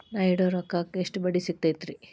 ನಾ ಇಡೋ ರೊಕ್ಕಕ್ ಎಷ್ಟ ಬಡ್ಡಿ ಸಿಕ್ತೈತ್ರಿ?